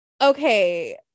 okay